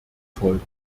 folgen